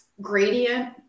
gradient